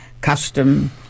custom